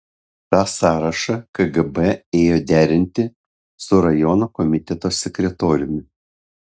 tą sąrašą kgb ėjo derinti su rajono komiteto sekretoriumi